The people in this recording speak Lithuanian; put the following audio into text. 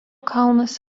kalnas